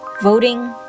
Voting